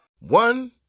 One